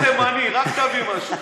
אתה תימני, רק תביא משהו.